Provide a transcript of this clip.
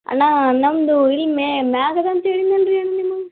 ಅಣ್ಣ ನಮ್ದು ಇಲ್ಲಿ ಮೇ ಮೇಲದ ಅಂತ ಹೇಳಿದ್ನಲ್ ರೀ ಅಣ್ಣ ನಿಮಗ್